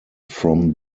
from